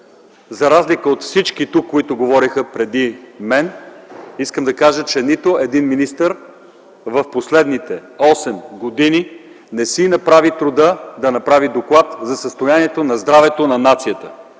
за разлика от всички тук, които говориха преди мен, искам да кажа, че нито един министър в последните осем години не си направи труда да направи доклад за състоянието на здравето на нацията.